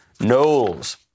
Knowles